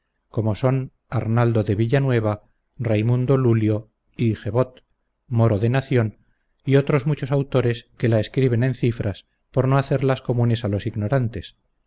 como son arnaldo de villanueva raimundo lulio y gebot moro de nación y otros muchos autores que la escriben en cifras por no hacerlas comunes a los ignorantes